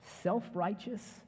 self-righteous